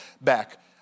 back